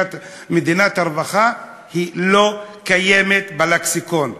מדינת הרווחה לא קיימת בלקסיקון.